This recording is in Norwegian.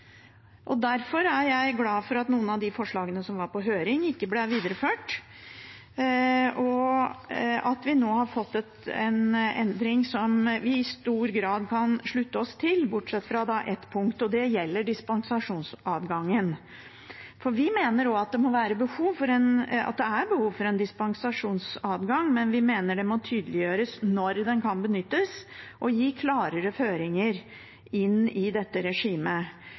Derfor er jeg glad for at noen av de forslagene som var på høring, ikke ble videreført, og at vi nå har fått en endring som vi i stor grad kan slutte oss til, bortsett fra på ett punkt, og det gjelder dispensasjonsadgangen. Vi mener også at det er behov for en dispensasjonsadgang, men vi mener det må tydeliggjøres når den kan benyttes, og gis klarere føringer inn i dette regimet.